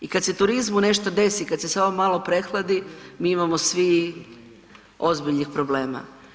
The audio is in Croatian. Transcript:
I kada se turizmu nešto desi kada se samo malo prehladi mi imamo svi ozbiljnih problema.